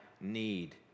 need